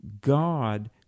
God